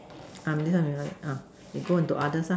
uh this one this one uh we go into others ah